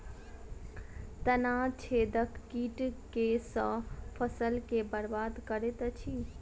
तना छेदक कीट केँ सँ फसल केँ बरबाद करैत अछि?